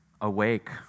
Awake